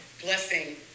blessing